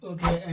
Okay